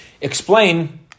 explain